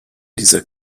dieser